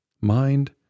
mind